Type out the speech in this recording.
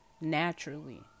naturally